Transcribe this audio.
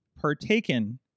partaken